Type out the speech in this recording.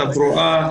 תברואה,